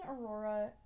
Aurora